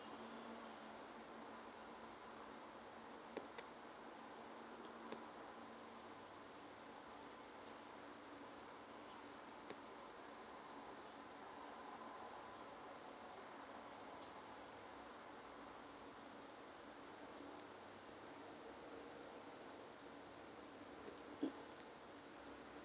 mm